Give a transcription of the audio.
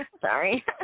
Sorry